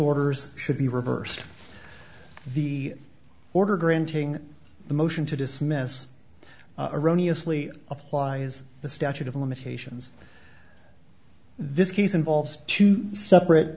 orders should be reversed the order granting the motion to dismiss erroneous lee applies the statute of limitations this case involves two separate